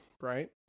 right